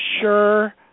sure